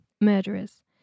Murderers